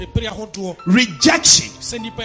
rejection